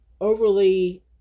overly